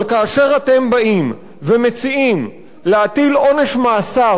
אבל כאשר אתם באים ומציעים להטיל עונש מאסר